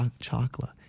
chocolate